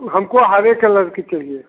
हमको हरे कलर की चाहिये